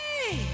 Hey